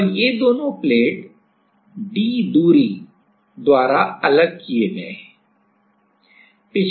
और ये दोनों प्लेट d दूरी द्वारा अलग किए गए हैं